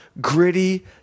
gritty